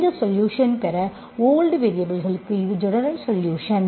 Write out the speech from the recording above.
இந்த சொலுஷன் பெற ஓல்ட் வேரியபல்களுக்கு இது ஜெனரல் சொலுஷன்